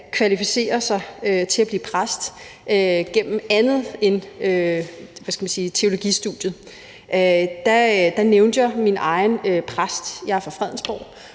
kvalificere sig til at blive præst gennem andet end teologistudiet, nævnte jeg min egen præst. Jeg er fra Fredensborg,